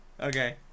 Okay